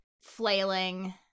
flailing